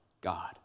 God